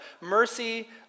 mercy